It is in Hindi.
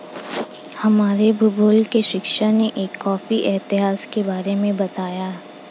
हमारे भूगोल के शिक्षक ने हमें एक कॉफी इतिहास के बारे में बताया